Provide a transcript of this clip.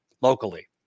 locally